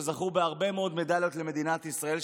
שזכו בהרבה מאוד מדליות למדינת ישראל,